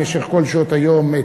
במשך כל שעות היום,